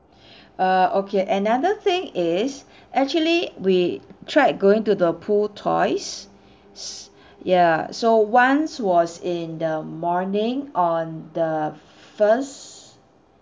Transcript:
uh okay another thing is actually we tried going to the pool twice s~ ya so once was in the morning on the first